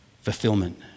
fulfillment